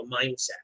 mindset